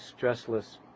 stressless